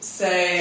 say